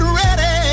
ready